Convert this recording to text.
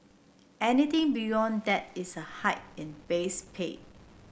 anything beyond that is a hike in base pay